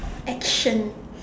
action